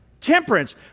temperance